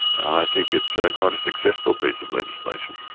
i think it's ah quite a successful piece of legislation.